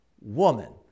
woman